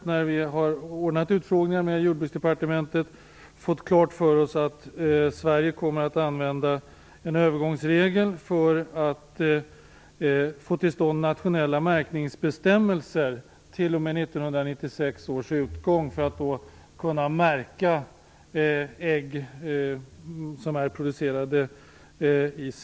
Vi har när vi i utskottet har anordnat utfrågningar med Jordbruksdepartementet fått klart för oss att Sverige kommer att använda en övergångsregel för att få till stånd nationella bestämmelser för märkning t.o.m.